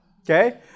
Okay